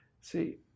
See